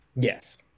yes